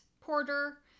Porter